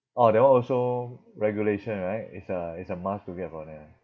orh that one also regulation right it's a it's a must to get for them